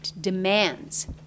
demands